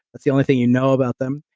that's the only thing you know about them.